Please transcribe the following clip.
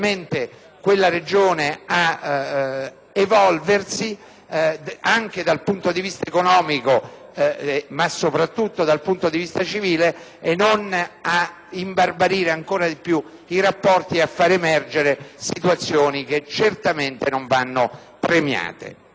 quell'area ad evolversi anche dal punto di vista economico, ma soprattutto dal punto di vista civile. Evitiamo di imbarbarire ancora di più i rapporti e facciamo emergere situazioni che certamente non vanno premiate.